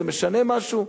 זה משנה משהו?